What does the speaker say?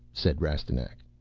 said rastignac.